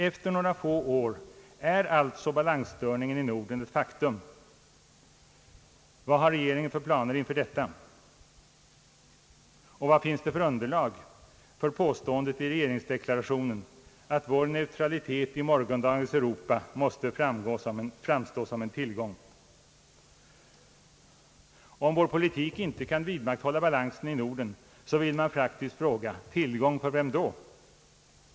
Efter några få år är alltså balansstörningen i Norden ett faktum. Vad har regeringen för planer inför detta? Vad finns det för underlag för påståendet i regeringsdeklarationen att vår neutralitet i morgondagens Europa måste framstå som en tillgång? Om vår politik inte kan vidmakthålla balansen i Norden, vill man faktiskt fråga: Tillgång för vem då?